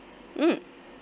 mm